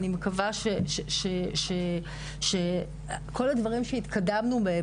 ואני מקווה שכל הדברים שהתקדמנו בהם,